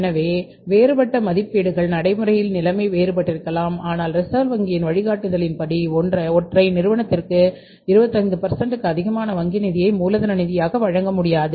எனவே வேறுபட்ட மதிப்பீடுகள் நடைமுறையில் நிலைமை வேறுபட்டிருக்கலாம் ஆனால் ரிசர்வ் வங்கியின் வழிகாட்டுதல்களின்படி ஒற்றை நிறுவனத்திற்கு 25 க்கும் அதிகமான வங்கி நிதியை மூலதன நிதியாக வழங்க முடியாது